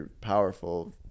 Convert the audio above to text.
powerful